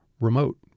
Remote